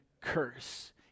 curse